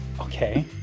Okay